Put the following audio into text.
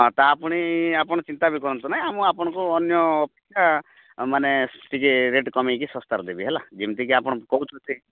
ହଁ ତାହା ପୁଣି ଆପଣ ଚିନ୍ତା ବି କରନ୍ତୁ ନାହିଁ ମୁଁ ଆପଣଙ୍କୁ ଅନ୍ୟ ଅପେକ୍ଷା ମାନେ ଟିକେ ରେଟ୍ କମେଇକି ଶସ୍ତା'ରେ ଦେବି ହେଲା ଯେମିତିକି ଆପଣ କହୁଛନ୍ତି